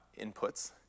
inputs